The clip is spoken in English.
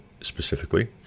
specifically